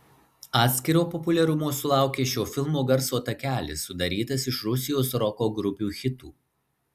atskiro populiarumo sulaukė šio filmo garso takelis sudarytas iš rusijos roko grupių hitų